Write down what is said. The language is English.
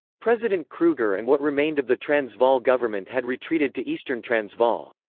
president kruger and what remained of the transvaal government had retreated to eastern transvaal.